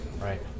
Right